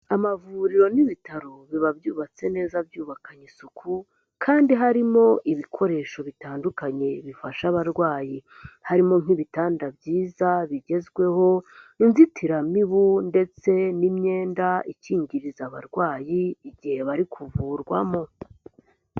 Amavuriro n'ibitaro biba byubatse neza byubakanye isuku kandi harimo ibikoresho bitandukanye bifasha abarwayi. Harimo nk'ibitanda byiza, bigezweho, inzitiramibu ndetse n'imyenda ikingiriza abarwayi igihe bari kuvurwamo.